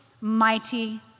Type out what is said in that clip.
mighty